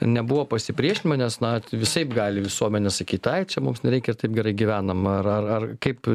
nebuvo pasipriešinimo nes na visaip gali visuomenė sakyt ai čia mums nereikia ir taip gerai gyvenam ar ar ar kaip